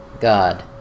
God